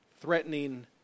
threatening